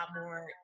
more